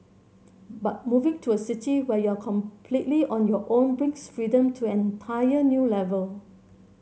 but moving to a city where you're completely on your own brings freedom to an entire new level